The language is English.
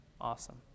Awesome